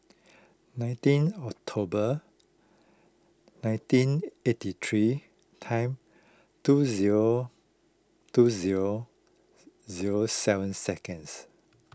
nineteen October nineteen eighty three time two zero two zero zero seven seconds